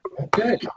Okay